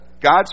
God's